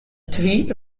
three